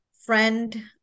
friend